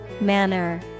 Manner